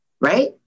right